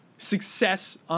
success